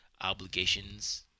obligations